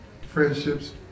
friendships